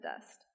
dust